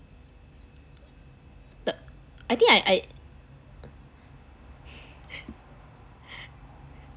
the I think I I